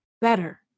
better